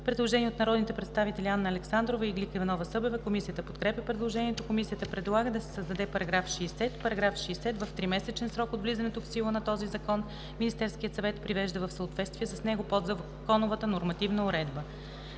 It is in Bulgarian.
предложение от народните представители Анна Александрова и Иглика Иванова-Събева. Комисията подкрепя предложението. Комисията предлага да се създаде § 60: „§ 60. В тримесечен срок от влизането в сила на този закон Министерският съвет привежда в съответствие с него подзаконовата нормативна уредба.“